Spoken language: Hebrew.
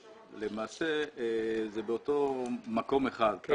למעשה זה אותו מקום אחד.